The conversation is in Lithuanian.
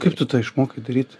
kaip tu to išmokai daryt